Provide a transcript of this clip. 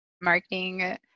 marketing